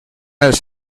els